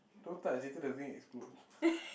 don't touch later the wing explode